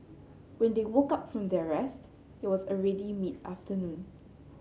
when they woke up from their rest it was already mid afternoon